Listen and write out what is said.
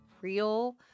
real